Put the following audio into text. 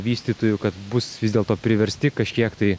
vystytojų kad bus vis dėlto priversti kažkiek tai